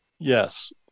Yes